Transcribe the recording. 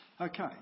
Okay